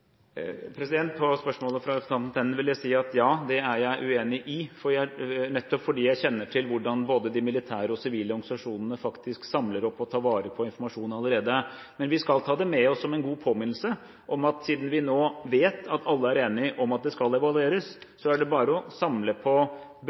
vare på informasjon allerede, men vi skal ta det med oss som en god påminnelse. Siden vi nå vet at alle er enige om at det skal evalueres,